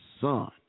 son